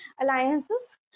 alliances